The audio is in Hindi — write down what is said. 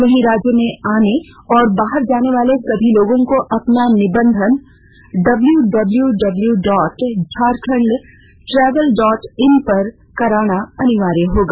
वहीं राज्य में आने और बाहर जाने वाले सभी लोगों को अपना निबंधन W W W W dot Jharkhand travel dot in पर कराना अनिवार्य होगा